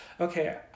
okay